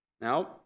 Now